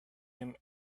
him